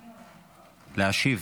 נעמה, אני עולה.